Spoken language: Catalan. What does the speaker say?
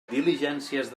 diligències